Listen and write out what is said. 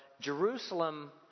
Jerusalem